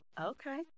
Okay